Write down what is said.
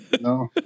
no